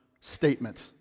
statement